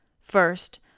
first